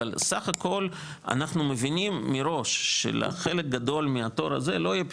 אבל סך הכול אנחנו מבינים מראש שחלק גדול מהתור הזה לא יהיה פתרון,